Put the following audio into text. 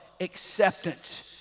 acceptance